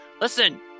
Listen